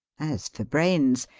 as for brains,